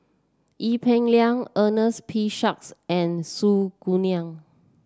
Ee Peng Liang Ernest P Shanks and Su Guaning